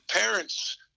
parents